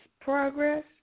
progress